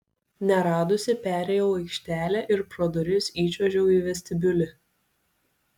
neradusi perėjau aikštelę ir pro duris įčiuožiau į vestibiulį